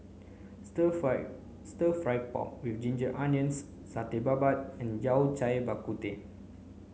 stir fry stir fry pork with ginger onions satay babat and Yao Cai Bak Kut Teh